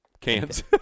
cans